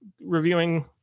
reviewing